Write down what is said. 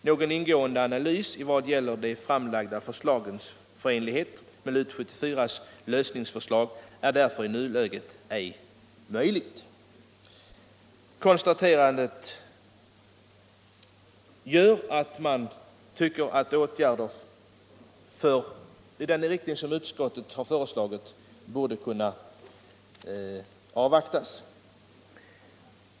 Någon ingående analys i vad gäller de framlagda förslagens förenlighet med LUT 74:s lösningsförslag är därför i nuläget ej möjlig.” Konstaterandet gör att man tycker att åtgärder i den riktning som utskottet har föreslagit bör kunna avvaktas.